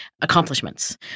accomplishments